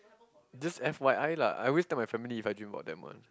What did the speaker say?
just F_Y_I lah I always tell my family if I dream about them one